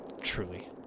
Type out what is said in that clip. truly